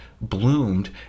bloomed